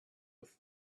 with